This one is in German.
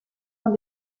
von